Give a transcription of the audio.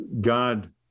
god